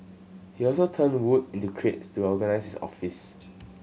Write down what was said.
he also turned wood into crates to organise his office